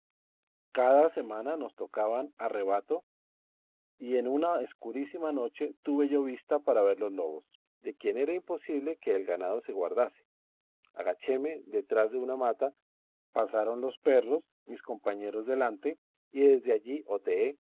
cada semana nos tocaban a rebato y en una escurísima noche tuve yo vista para ver los lobos de quien era imposible que el ganado se guardase agachéme detrás de una mata pasaron los perros mis compañeros adelante y desde allí oteé y vi